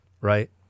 Right